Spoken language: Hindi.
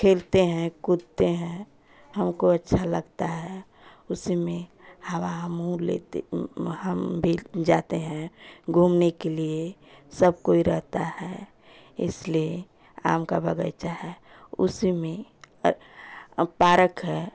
खेलते हैं कूदते हैं हमको अच्छा लगता है उसमें हवा हम और लेते हम भी जाते हैं घूमने के लिए सब कोई रहता है इसलिए आम का बगीचा है उसी में पारक है